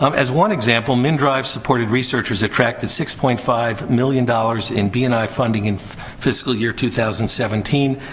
um as one example, mndrive supported researchers attracted six point five million dollars in b and i funding in fiscal year two thousand and seventeen.